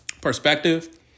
perspective